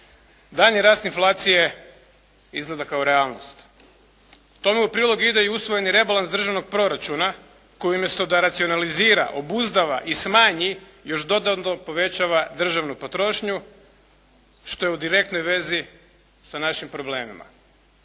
daljnji rast inflacije izgleda kao realnost. Tome u prilog ide i usvojeni rebalans državnog proračuna koji umjesto da racionalizira, obuzdava i smanji, još dodatno povećava državnu potrošnju što je u direktnoj vezi sa našim problemima.